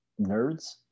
nerds